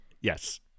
Yes